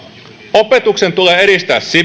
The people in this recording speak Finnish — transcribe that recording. opetuksen tulee edistää